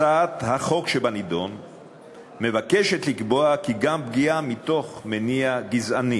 הצעת החוק שבנדון מבקשת לקבוע כי גם פגיעה מתוך מניע גזעני